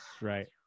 right